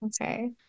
Okay